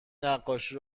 نقاشی